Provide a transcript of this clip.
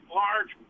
large